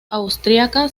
austriaca